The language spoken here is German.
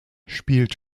spielt